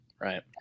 Right